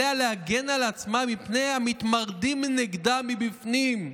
עליה להגן על עצמה מפני המתמרדים נגדה מבפנים.